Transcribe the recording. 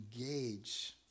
engage